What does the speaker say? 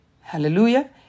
Hallelujah